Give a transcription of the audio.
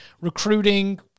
Recruiting